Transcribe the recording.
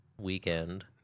weekend